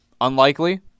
Unlikely